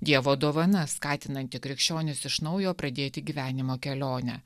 dievo dovana skatinanti krikščionis iš naujo pradėti gyvenimo kelionę